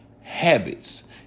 habits